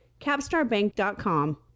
capstarbank.com